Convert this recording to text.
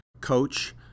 Coach